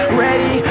ready